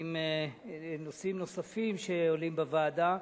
עם נושאים נוספים שעולים בוועדה,